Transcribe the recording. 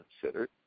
considered